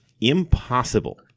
Impossible